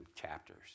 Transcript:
chapters